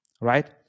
Right